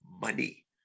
money